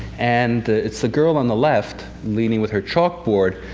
and it's the girl on the left leaning with her chalkboard,